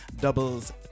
Doubles